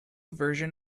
version